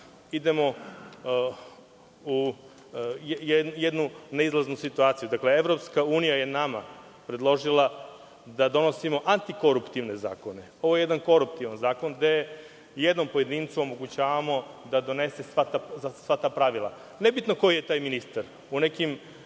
idemo u jednu neizlaznu situaciju. Dakle, EU je nama predložila da donosimo antikoruptivne zakone. Ovo je jedan koruptivan zakon, gde jednom pojedincu omogućavamo da donese sva ta pravila, nebitno ko je taj ministar. U nekim